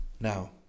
Now